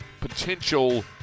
potential